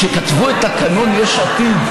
כשכתבו את תקנון יש עתיד,